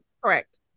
correct